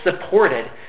supported